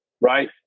Right